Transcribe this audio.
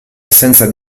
assenza